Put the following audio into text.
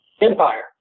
empire